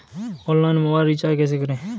Online mobile recharge कैसे करें?